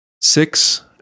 six